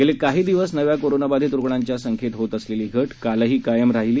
गेले काही दिवस नव्या करोनाबाधित रुग्णांच्या संख्येत होत असलेली घट कालही कायम राहिली